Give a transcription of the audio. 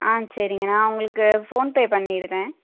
ஆ சரிங்க நான் உங்களுக்கு ஃபோன் பே பண்ணிடுறேன்